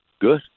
Good